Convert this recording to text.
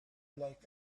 like